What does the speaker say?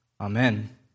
Amen